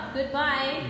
Goodbye